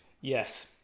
Yes